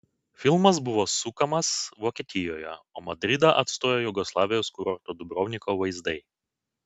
filmas buvo sukamas vokietijoje o madridą atstojo jugoslavijos kurorto dubrovniko vaizdai